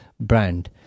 brand